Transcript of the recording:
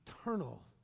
eternal